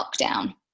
lockdown